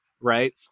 Right